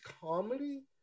comedy